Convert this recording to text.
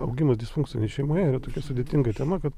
augimas disfunkcinėje šeimoje yra tokia sudėtinga tema kad